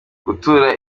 gutura